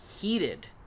heated